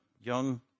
young